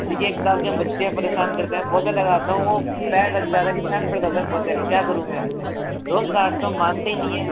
देखिये एक तो आपके बच्चे परेशान करते हैं पोछा लगता हूँ वो पैर रख जाते हैं निशान पड़ जाता है पोछे का क्या करूँ इसमें मैं रोज़ डाटता हूँ मानते ही नहीं हैं